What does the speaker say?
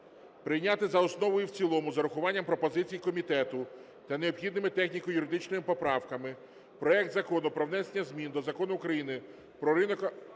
прийняти за основу і в цілому з урахуванням пропозицій комітету та необхідними техніко-юридичними поправками проект Закону про внесення змін до Закону України "Про ринок